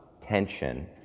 tension